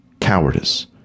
Cowardice